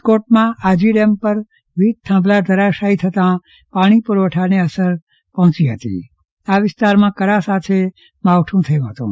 રાજકોટમાં આજી ડેમ પર વીજે થાંભલો ઘરાશાચી થતાં પાણી પ્રવઠાને અસર થઇ હતી અા વિસ્તારમાં કરા સાથે માવઠ્ થચ્ હતું